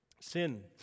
Sin